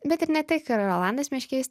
bet ir ne tik rolandas meškys